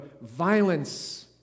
violence